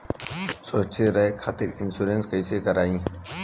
सुरक्षित रहे खातीर इन्शुरन्स कईसे करायी?